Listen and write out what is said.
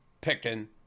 picking